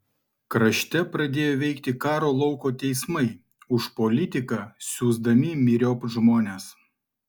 krašte pradėjo veikti karo lauko teismai už politiką siųsdami myriop žmones